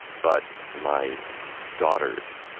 but my daughters